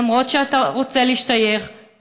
למרות שאתה רוצה להשתייך,